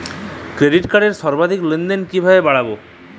Credit কার্ডের সর্বাধিক লেনদেন কিভাবে বাড়াবো?